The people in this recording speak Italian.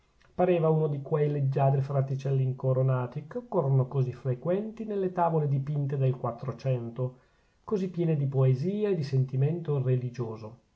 pareva uno di quei leggiadri fraticelli incoronati che occorrono così frequenti nelle tavole dipinte del quattrocento così piene di poesia e di sentimento religioso